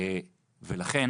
ולכן